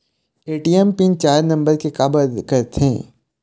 ATM PIN चार number के काबर करथे?